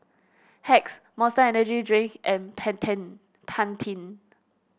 Hacks Monster Energy Drink and Pantene